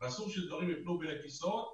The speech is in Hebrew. ואסור שדברים ייפלו בין הכיסאות.